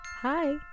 hi